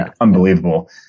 unbelievable